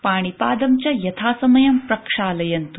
पाणिपादं च यथासमयं प्रक्षालयन्तु